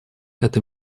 эта